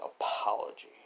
apology